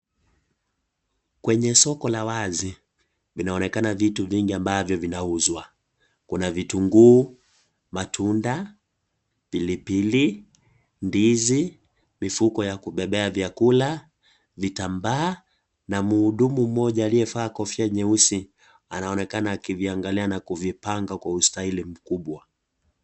Kwenye soko la wazi vinaonekana vitu vingi ambavyo vinauzwa kuna vitunguu , matunda, pilipili , ndizi , mifuko ya kubebea vyakula , vitambaa na mhudumua mmoja aliyevaa kofia nyeusi anaonekana akivyaangalia na kuvipanga kwa ustahili mkubwa.